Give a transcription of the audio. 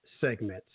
segments